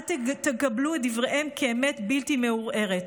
אל תקבלו את דבריהם כאמת בלתי מעורערת.